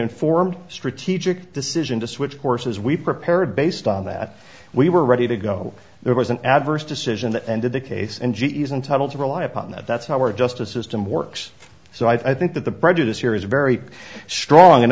informed strategic decision to switch horses we prepared based on that we were ready to go there was an adverse decision that ended the case and g e is entitle to rely upon that that's how our justice system works so i think that the prejudice here is very strong and